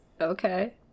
Okay